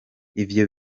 ivyo